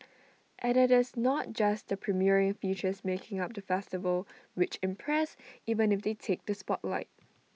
and IT is not just the premiering features making up the festival which impress even if they take the spotlight